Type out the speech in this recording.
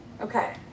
Okay